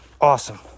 awesome